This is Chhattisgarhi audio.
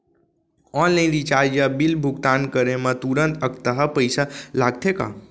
ऑनलाइन रिचार्ज या बिल भुगतान करे मा तुरंत अक्तहा पइसा लागथे का?